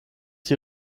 sie